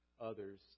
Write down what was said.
others